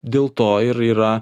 dėl to ir yra